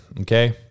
Okay